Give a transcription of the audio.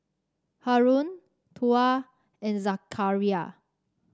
Haron Tuah and Zakaria